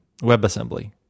WebAssembly